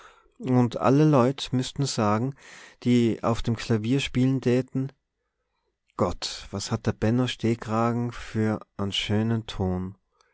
und alle leut müßten sagen die auf dem klavier spielen täten gott was hat der benno stehkragen for en schönen ton